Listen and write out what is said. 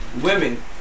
women